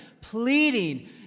pleading